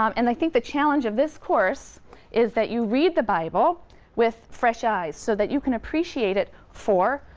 um and i think the challenge of this course is that you read the bible with fresh eyes so that you can appreciate it for